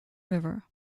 river